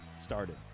started